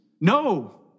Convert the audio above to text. No